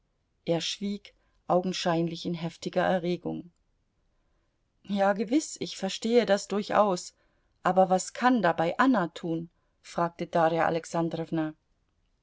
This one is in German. er schwieg augenscheinlich in heftiger erregung ja gewiß ich verstehe das durchaus aber was kann dabei anna tun fragte darja alexandrowna